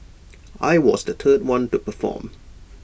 I was the third one to perform